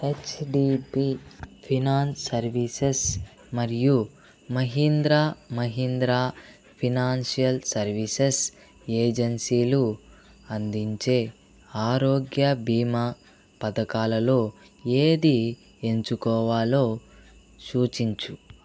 HDP finance services మరియు Mahindra Mahindra financial services ఏజన్సీలు అందించే ఆరోగ్య భీమా పథకాలలో ఏది ఎంచుకోవాలో సూచించుము